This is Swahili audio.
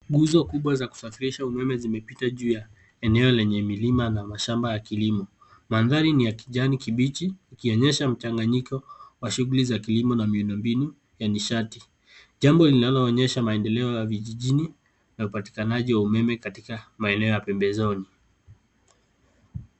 Nguzo kubwa za kusafirisha umeme zimepita juu ya eneo lenye milima na mashamba ya kilimo. Mandhari ni ya kijani kibichi ikionyesha mchanganyiko wa shughuli za kilimo na miundombinu ya nishati, jambo linaloonyesha maendeleo ya vijijini na upatikanaji wa umeme katika maeneo ya pembezoni.